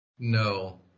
No